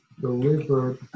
delivered